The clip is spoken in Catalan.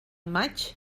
maig